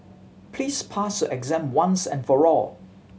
please pass your exam once and for all